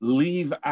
leave